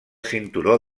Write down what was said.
cinturó